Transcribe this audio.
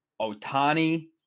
Otani